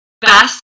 best